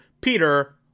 Peter